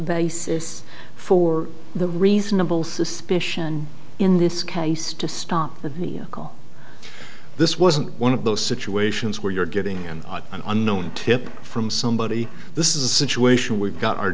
basis for the reasonable suspicion in this case to stop the media call this wasn't one of those situations where you're getting an unknown tip from somebody this is a situation we've got our